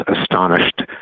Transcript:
astonished